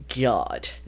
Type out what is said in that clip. God